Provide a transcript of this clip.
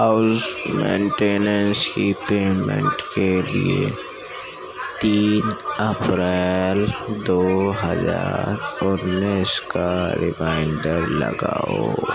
house maintenance کی payment کے لیے تین اپریل دو ہزار انیس کا ریمائنڈر لگاؤ